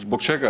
Zbog čega?